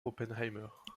oppenheimer